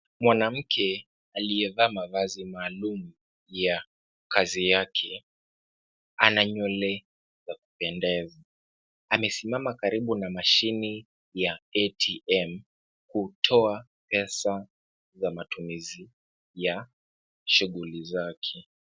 Mwanamke aliyevaa mavazi maalum ya kazi yake, ana nywele ya kupendeza. Amesimama karibu na mashini ya ATM, kutoa pesa za matumizi ya shughuli zake.